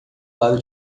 lado